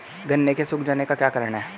गन्ने के सूख जाने का क्या कारण है?